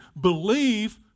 believe